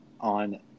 on